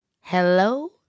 Hello